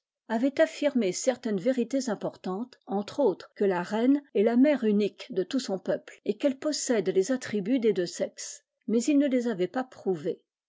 avait affirmé certaines vérités importantes entre autres tjue la reine est la mère unique de tout son peuple et qu'elle possède les attributs des deux sexes mais il ne les avait pas prouvées